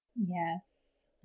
Yes